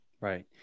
Right